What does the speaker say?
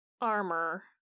armor